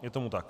Je tomu tak?